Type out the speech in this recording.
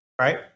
right